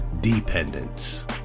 dependence